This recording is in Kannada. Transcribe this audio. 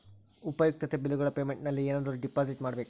ಉಪಯುಕ್ತತೆ ಬಿಲ್ಲುಗಳ ಪೇಮೆಂಟ್ ನಲ್ಲಿ ಏನಾದರೂ ಡಿಪಾಸಿಟ್ ಮಾಡಬೇಕಾ?